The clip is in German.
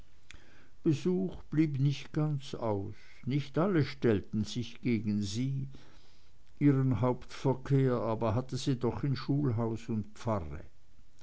besuch blieb nicht ganz aus nicht alle stellten sich gegen sie ihren hauptverkehr aber hatte sie doch in schulhaus und pfarre